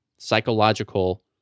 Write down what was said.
Psychological